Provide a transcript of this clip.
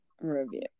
review